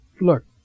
Look